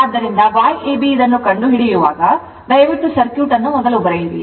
ಆದ್ದರಿಂದ Yab ಇದನ್ನು ಕಂಡುಹಿಡಿಯುವಾಗ ದಯವಿಟ್ಟು ಸರ್ಕ್ಯೂಟ್ ಅನ್ನು ಮೊದಲು ಬರೆಯಿರಿ